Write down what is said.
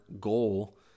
goal